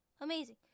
Amazing